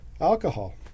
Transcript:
Alcohol